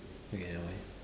okay never mind